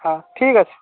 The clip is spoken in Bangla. হ্যাঁ ঠিক আছে